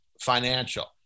financial